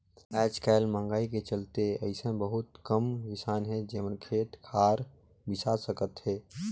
आयज कायल मंहगाई के चलते अइसन बहुत कम किसान हे जेमन खेत खार बिसा सकत हे